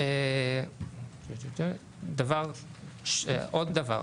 עוד דבר,